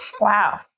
Wow